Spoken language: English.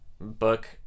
book